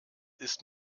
ist